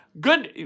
Good